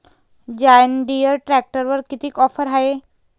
John Deere ट्रॅक्टरवर कितीची offer हाये?